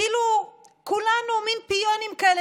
כאילו כולנו מין פיונים כאלה,